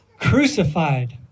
crucified